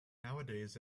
nowadays